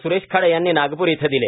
स्रेश खाडे यांनी नागपूर इथं दिले